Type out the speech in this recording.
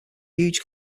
huge